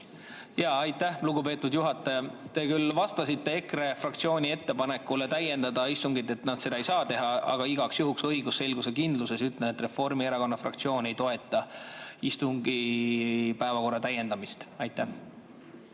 Aitäh, lugupeetud juhataja! Te küll vastasite EKRE fraktsiooni ettepanekule täiendada istungit, et nad seda ei saa teha, aga igaks juhuks õigusselguse mõttes ütlen, et Reformierakonna fraktsioon ei toeta istungi päevakorra täiendamist. Aitäh,